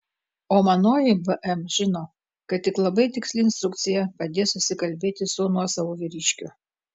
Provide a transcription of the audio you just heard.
o manoji bm žino kad tik labai tiksli instrukcija padės susikalbėti su nuosavu vyriškiu